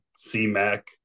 C-Mac